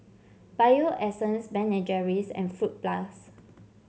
Bio Essence Ben and Jerry's and Fruit Plus